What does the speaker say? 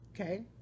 Okay